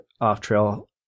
off-trail